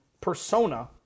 persona